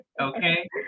okay